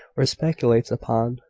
or speculates upon,